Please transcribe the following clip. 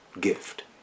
gift